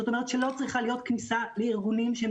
זאת אומרת שלא צריכה להיות כניסה לארגונים שהם